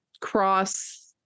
cross